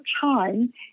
time